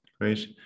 great